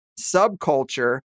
subculture